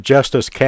Justice